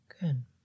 Good